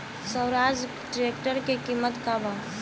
Swaraj tractor के किमत का बा?